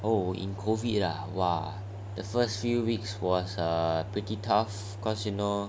oh in COVID ah !wah! the first few weeks was err pretty tough cause